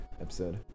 episode